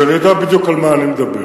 אז אני יודע בדיוק על מה אני מדבר.